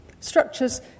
Structures